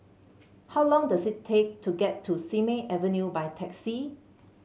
how long does it take to get to Simei Avenue by taxi